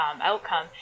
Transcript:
outcome